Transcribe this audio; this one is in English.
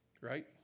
right